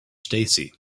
stacy